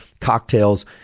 cocktails